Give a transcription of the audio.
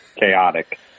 chaotic